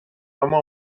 اما